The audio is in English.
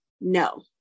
no